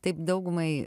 taip daugumai